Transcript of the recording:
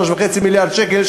3.5 מיליארד שקל,